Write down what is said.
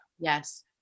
Yes